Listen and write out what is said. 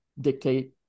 dictate